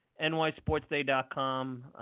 NYSportsDay.com